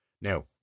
now